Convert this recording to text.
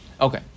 Okay